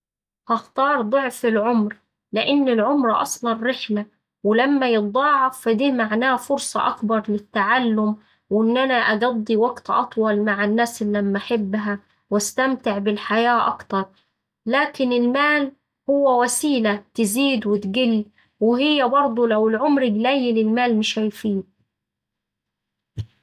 هختار ضعف العمر لإن العمر أصلا رحلة ولما يتضاعف فده معناه فرصة أكبر للتعلم وإن أنا أقضي وقت أطول مع الناس اللي أما أحبها وأستمتع بالحياة أكتر. لكن المال هو وسيلة تزيد وتقل وهي برضه لو العمر قليل المال مش هيفيد.